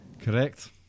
Correct